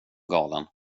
galen